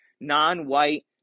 non-white